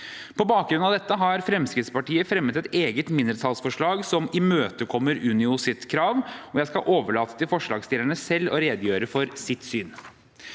På bakgrunn av dette har Fremskrittspartiet fremmet et eget mindretallsforslag som imøtekommer Unios krav. Jeg skal overlate til forslagsstillerne selv å redegjøre for sitt syn.